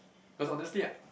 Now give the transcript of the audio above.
cause honestly like